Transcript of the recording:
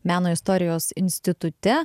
meno istorijos institute